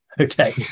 Okay